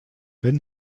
wenn